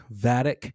Vatic